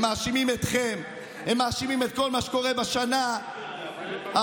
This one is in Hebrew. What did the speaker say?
הם מאשימים אתכם בכל מה שקורה בשנים האחרונות.